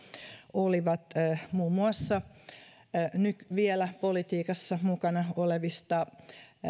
olivat muun muassa vielä politiikassa mukana olevista